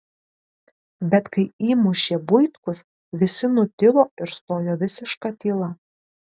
bet kai įmušė buitkus visi nutilo ir stojo visiška tyla